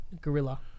Gorilla